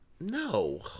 No